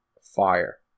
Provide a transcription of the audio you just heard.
fire